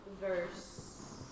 verse